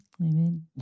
Amen